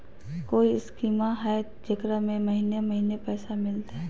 कोइ स्कीमा हय, जेकरा में महीने महीने पैसा मिलते?